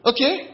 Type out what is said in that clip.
Okay